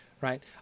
right